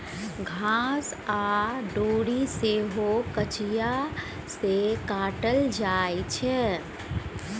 घास आ डोरी सेहो कचिया सँ काटल जाइ छै